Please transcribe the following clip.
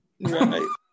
Right